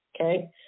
Okay